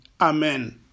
Amen